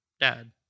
dad